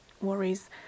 worries